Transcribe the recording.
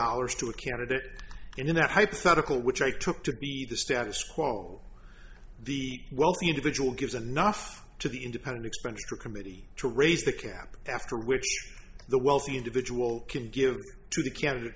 dollars to a candidate and in that hypothetical which i took to be the status quo the wealthy individual gives a knopf to the independent expenditure committee to raise the cap after which the wealthy individual can give to the can